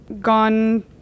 gone